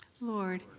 Lord